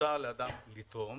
מותר לאדם לתרום